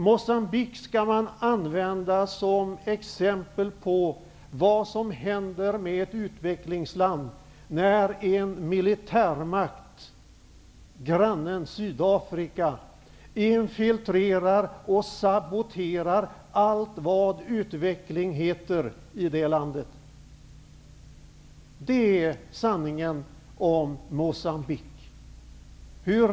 Moçambique skall man använda som ett exempel på vad som händer med ett utvecklingsland när en militärmakt, i det här fallet grannen Sydafrika, infiltrerar och saboterar allt vad utveckling heter i det landet. Det är sanningen om Moçambique.